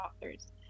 authors